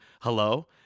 hello